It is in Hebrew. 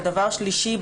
ודבר שלישי,